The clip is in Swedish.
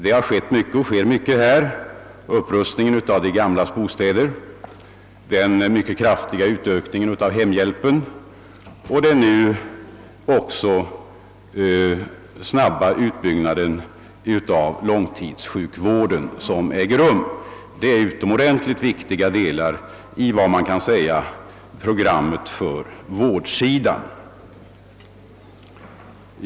Det har skett och sker mycket på detta område: upprustningen av de gamlas bostäder, den mycket kraftiga utökningen av hemhjälpen och den nu så snabba utbyggnaden av långtidssjukvården. Detta är utomordentligt viktiga delar i programmet för åldringsvården.